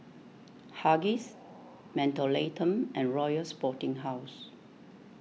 Huggies Mentholatum and Royal Sporting House